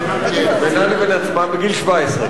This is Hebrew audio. בינן לבין עצמן, דרך אגב.